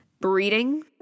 Breeding